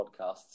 podcasts